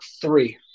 three